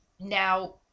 Now